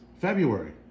February